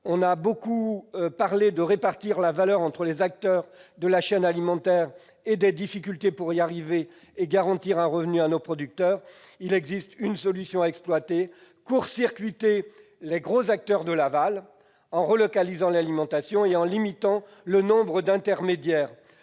On a beaucoup parlé de répartir la valeur entre les acteurs de la chaîne alimentaire et des difficultés pour y parvenir et garantir un revenu à nos producteurs. Il existe une solution à exploiter : court-circuiter les gros acteurs de l'aval, en relocalisant l'alimentation et en limitant le nombre d'intermédiaires.